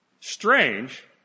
Strange